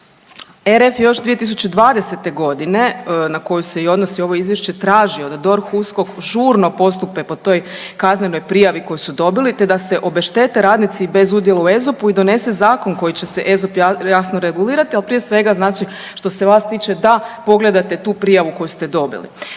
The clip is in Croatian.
RF još 2020. g. na koju se i odnosi ovo Izvješće, tražio da DORH, USKOK žurno postupe po toj kaznenoj prijavi koju su dobili te da se obeštete radnici bez udjela u ESOP-u i donese zakon koji će se ESOP jasno regulirati, ali prije svega, znači što se vas tiče, da pogledate tu prijavu koju ste dobili.